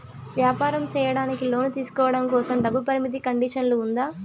వ్యాపారం సేయడానికి లోను తీసుకోవడం కోసం, డబ్బు పరిమితి కండిషన్లు ఉందా?